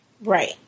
Right